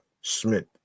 Smith